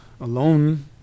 alone